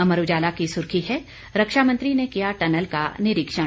अमर उजाला की सुर्खी है रक्षा मंत्री ने किया टनल का निरीक्षण